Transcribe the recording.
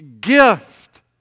gift